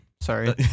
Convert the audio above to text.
Sorry